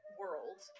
world